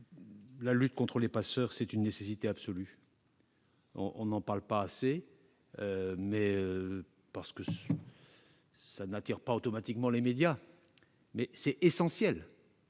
La lutte contre les passeurs est une nécessité absolue. On n'en parle pas assez, parce que cela n'attire pas automatiquement les médias, mais c'est essentiel,